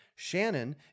Shannon